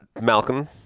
Malcolm